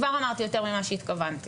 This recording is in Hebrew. כבר אמרתי יותר ממה שהתכוונתי.